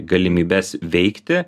galimybes veikti